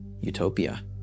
utopia